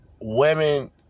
women